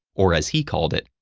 or as he called it,